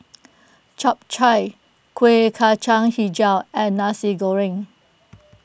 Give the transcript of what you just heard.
Chap Chai Kuih Kacang HiJau and Nasi Goreng